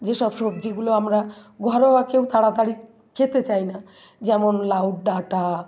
যেসব সবজিগুলো আমরা ঘরোয়া কেউ তাড়াতাড়ি খেতে চাই না যেমন লাউয়ের ডাঁটা